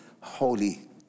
holy